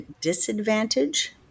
disadvantage